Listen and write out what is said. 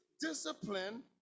discipline